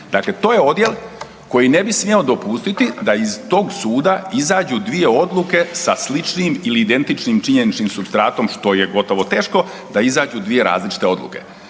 dakle to je odjel koji ne bi smjeo dopustiti da iz tog suda izađe 2 odluke sa sličnim ili identičnim činjeničnim supstratom što je gotovo teško, da izađu dvije različite odluke.